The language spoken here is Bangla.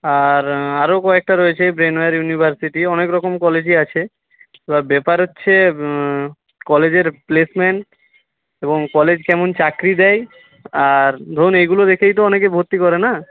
আর আরও কয়েকটা রয়েছে ব্রেনওয়্যার ইউনিভার্সিটি অনেক রকম কলেজই আছে এবার ব্যাপার হচ্ছে কলেজের প্লেসমেন্ট এবং কলেজ কেমন চাকরি দেয় আর ধরুন এগুলো দেখেই তো অনেকে ভর্তি করে না